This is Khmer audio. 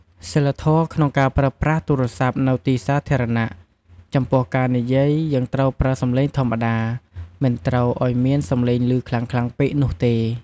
សីលធម៌ ក្នុងការប្រើប្រាស់ទូរស័ព្ទនៅទីសាធារណៈ ចំពោះការនិយាយ យើងត្រូវប្រើសំឡេងធម្មតា មិនត្រូវអោយមានសំឡេងឮខ្លាំងៗពេកនោះទេ។